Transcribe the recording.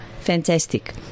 fantastic